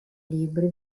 libri